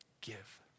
give